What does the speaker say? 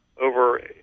over